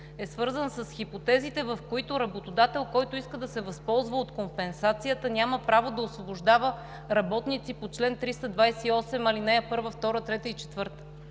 е свързано с хипотезите, в които работодател, който иска да се възползва от компенсацията, няма право да освобождава работници по чл. 328, алинеи 1, 2, 3, и 4.